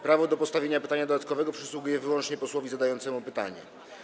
Prawo do postawienia pytania dodatkowego przysługuje wyłącznie posłowi zadającemu pytanie.